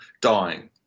dying